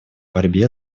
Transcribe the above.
борьбе